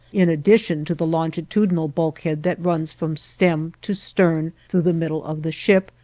in addition to the longitudinal bulkhead that runs from stem to stern through the middle of the ship,